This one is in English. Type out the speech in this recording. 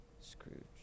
Scrooge